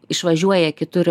išvažiuoja kitur